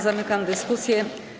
Zamykam dyskusję.